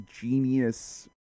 genius